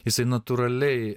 jisai natūraliai